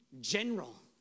general